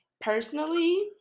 personally